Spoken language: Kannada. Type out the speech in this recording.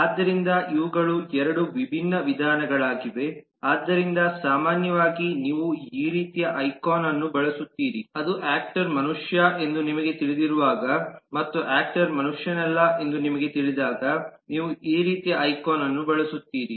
ಆದ್ದರಿಂದ ಇವುಗಳು 2 ವಿಭಿನ್ನ ವಿಧಾನಗಳಾಗಿವೆ ಆದ್ದರಿಂದ ಸಾಮಾನ್ಯವಾಗಿ ನೀವು ಈ ರೀತಿಯ ಐಕಾನ್ ಅನ್ನು ಬಳಸುತ್ತೀರಿ ಅದು ಯಾಕ್ಟರ್ ಮನುಷ್ಯ ಎಂದು ನಿಮಗೆ ತಿಳಿದಿರುವಾಗ ಮತ್ತು ಯಾಕ್ಟರ್ ಮನುಷ್ಯನಲ್ಲ ಎಂದು ನಿಮಗೆ ತಿಳಿದಾಗ ನೀವು ಈ ರೀತಿಯ ಐಕಾನ್ ಅನ್ನು ಬಳಸುತ್ತೀರಿ